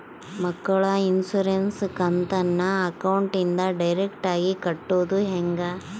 ಮಕ್ಕಳ ಇನ್ಸುರೆನ್ಸ್ ಕಂತನ್ನ ಅಕೌಂಟಿಂದ ಡೈರೆಕ್ಟಾಗಿ ಕಟ್ಟೋದು ಹೆಂಗ?